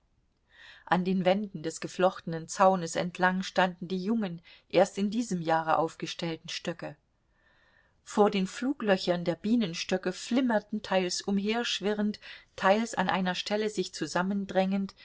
an den wänden des geflochtenen zaunes entlang standen die jungen erst in diesem jahre aufgestellten stöcke vor den fluglöchern der bienenstöcke flimmerten teils umherschwirrend teils an einer stelle sich zusammendrängend